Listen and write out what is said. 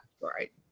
Right